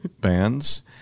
bands